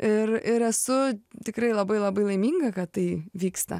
ir ir esu tikrai labai labai laiminga kad tai vyksta